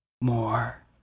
more